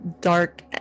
dark